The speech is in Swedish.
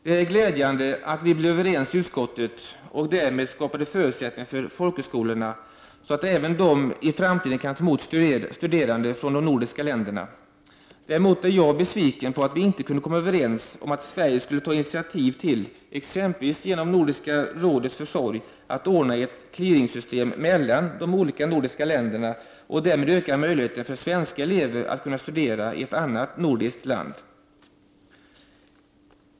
Det är glädjande att vi blev överens i utskottet och därmed skapade förutsättningar för folkhögskolorna att även i framtiden ta emot studerande från de nordiska länderna. Däremot är jag besviken på att vi inte kunde komma överens om att Sverige skulle ta ett initiativ till att, exempelvis genom Nordiska rådets försorg, ordna ett ”clearingsystem” mellan de nordiska länderna och därmed öka möjligheten för svenska elever att studera i ett annat nordiskt land.